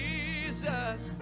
Jesus